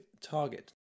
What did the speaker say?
target